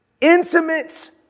intimate